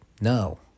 no